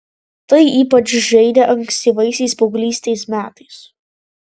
tai ypač žeidė ankstyvaisiais paauglystės metais